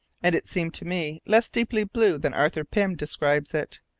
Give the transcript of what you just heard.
and it seemed to me less deeply blue than arthur pym describes it.